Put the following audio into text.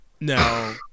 Now